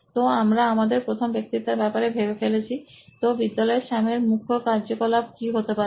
তো আমরা আমাদের প্রথম ব্যক্তিত্বের ব্যাপারে ভেবে ফেলেছি তো বিদ্যালয়ে স্যামের মুখ্য কার্যকলাপ কি হতে পারে